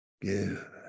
give